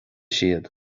siad